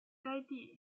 该地